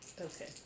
Okay